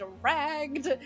dragged